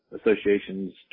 association's